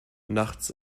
nachts